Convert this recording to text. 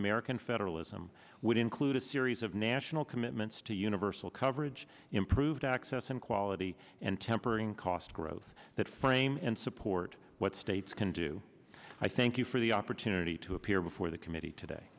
american federalism would include a series of national commitments to universal coverage improved access and quality and tempering cost growth that frame and support what states can do i thank you for the opportunity to appear before the committee today